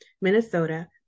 Minnesota